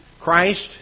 Christ